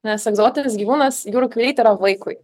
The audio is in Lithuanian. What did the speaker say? nes egzotinis gyvūnas jūrų kiaulytė ar vaikui